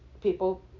people